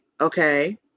Okay